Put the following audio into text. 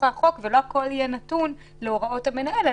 החוק ולא שהכול יהיה נתון להוראות המנהל.